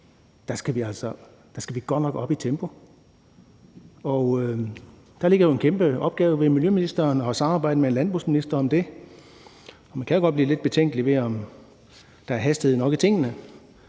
vi altså godt nok op i tempo. Og der ligger jo en kæmpe opgave hos miljøministeren i at samarbejde med landbrugsministeren om det. Man kan jo godt blive lidt betænkelig ved, om der er hastighed nok i tingene,